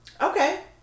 okay